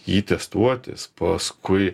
jį testuotis paskui